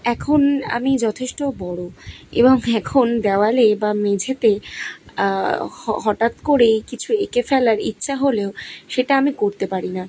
এখন আমি যথেষ্ট বড়ো এবং এখন দেওয়ালে বা মেঝেতে হ হটাত করেই কিছু এঁকে ফেলার ইচ্ছা হলেও সেটা আমি করতে পারি না